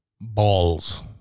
Balls